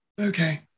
Okay